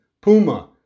Puma